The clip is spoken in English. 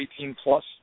18-plus